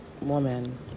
woman